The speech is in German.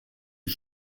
die